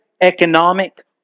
economic